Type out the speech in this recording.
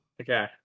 okay